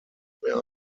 mehr